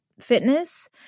fitness